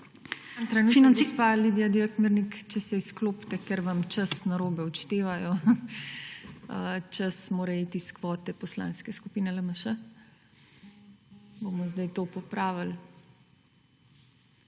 trenutek, gospa Lidija Divjak Mirnik. Če se izklopite, ker vam čas narobe odštevajo. Čas more iti iz kvote Poslanske skupine LMŠ. Bomo zdaj to popravili.